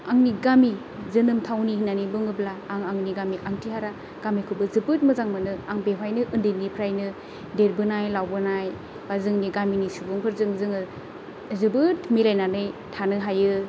आंनि गामि जोनोम थावनि होननानै बुङोब्ला आं आंनि गामि आंथिहारा गामिखौबो जोबोद मोजां मोनो आं बेवहायनो उन्दैनिफ्रायनो देरबोनाय लावबोनाय जोंनि गामिनि सुबुंफोरजों जोङो जोबोद मिलायनानै थानो हायो